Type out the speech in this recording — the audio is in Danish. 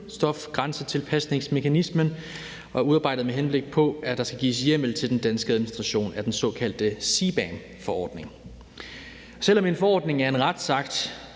kulstofgrænsetilpasningsmekanismen og er udarbejdet, med henblik på at der skal gives hjemmel til den danske administration af den såkaldte CBAM-forordning. Selv om en forordning som retsakt